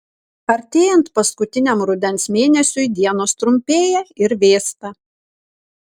artėjant paskutiniam rudens mėnesiui dienos trumpėja ir vėsta